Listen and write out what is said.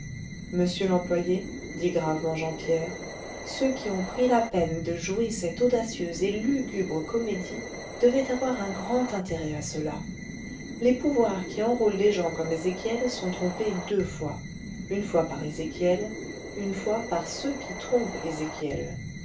monsieur l'employé dit gravement jean pierre ceux qui ont pris la peine de jouer cette audacieuse et lugubre comédie devaient avoir un grand intérêt à cela les pouvoirs qui enrôlent des gens comme ézéchiel sont trompés deux fois une fois par ezéchiel une fois par ceux qui trompent